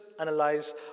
analyze